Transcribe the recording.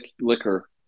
liquor